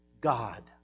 God